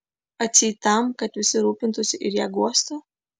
atseit tam kad visi rūpintųsi ir ją guostų